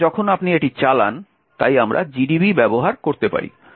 সুতরাং যখন আপনি এটি চালান তাই আমরা GDB ব্যবহার করতে পারি